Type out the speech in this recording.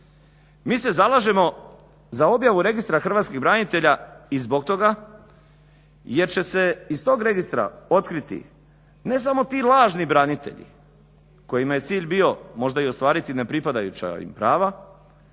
Mi se zalažemo za objavu Registra hrvatskih branitelja i zbog toga jer će se iz tog registra otkriti ne samo ti lažni branitelji kojima je cilj bio možda i ostvariti nepripadajuća prava